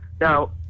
Now